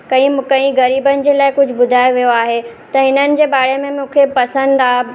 कई ब कई गरीबन जे लाइ कुझु ॿुधायो वियो आहे त हिननि जे बारे में मूंखे पसंदि आहे